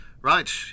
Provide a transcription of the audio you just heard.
Right